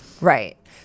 Right